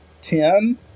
Ten